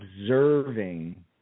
observing